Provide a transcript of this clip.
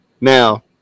Now